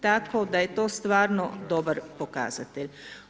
Tako da je to stvarno dobar pokazatelj.